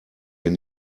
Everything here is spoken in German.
hier